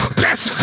best